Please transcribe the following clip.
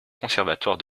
conservatoire